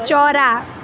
चरा